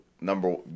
number